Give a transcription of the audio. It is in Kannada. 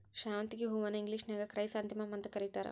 ಶಾವಂತಿಗಿ ಹೂವನ್ನ ಇಂಗ್ಲೇಷನ್ಯಾಗ ಕ್ರೈಸಾಂಥೆಮಮ್ಸ್ ಅಂತ ಕರೇತಾರ